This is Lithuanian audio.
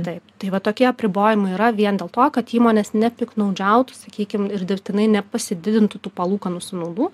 taip tai vat tokie apribojimai yra vien dėl to kad įmonės nepiktnaudžiautų sakykim ir dirbtinai nepasididintų tų palūkanų sąnaudų